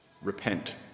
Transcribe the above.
repent